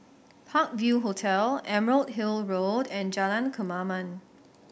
Park View Hotel Emerald Hill Road and Jalan Kemaman